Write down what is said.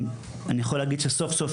אני יכול להגיד שסוף סוף,